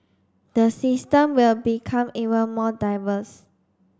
the system will become even more diverse